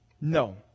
No